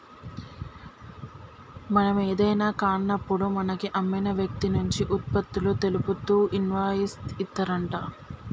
మనం ఏదైనా కాన్నప్పుడు మనకు అమ్మిన వ్యక్తి నుంచి ఉత్పత్తులు తెలుపుతూ ఇన్వాయిస్ ఇత్తారంట